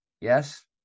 Yes